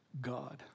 God